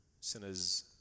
sinners